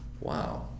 Wow